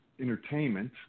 entertainment